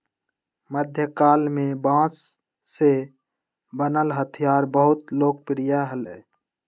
मध्यकाल में बांस से बनल हथियार बहुत लोकप्रिय हलय